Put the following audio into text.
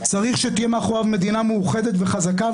צריך שתהיה מאחוריו מדינה מאוחדת וחזקה,